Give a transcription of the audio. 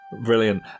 Brilliant